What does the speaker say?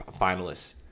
finalists